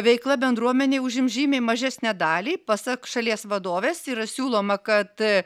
veikla bendruomenei užims žymiai mažesnę dalį pasak šalies vadovės yra siūloma kad